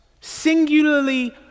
singularly